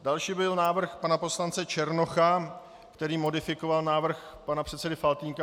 Další byl návrh pana poslance Černocha, který modifikoval návrh pana předsedy Faltýnka.